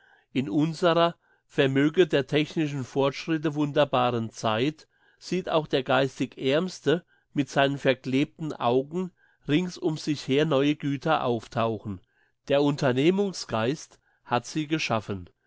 in unserer vermöge der technischen fortschritte wunderbaren zeit sieht auch der geistig aermste mit seinen verklebten augen rings um sich her neue güter auftauchen der unternehmungsgeist hat sie geschaffen